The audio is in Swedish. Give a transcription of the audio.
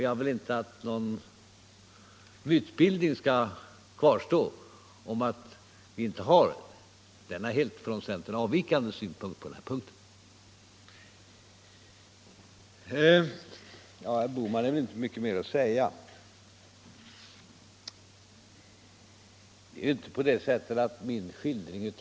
Jag vill inte att någon mytbildning skall kvarstå om att vi på denna punkt inte har en från centern helt avvikande ståndpunkt.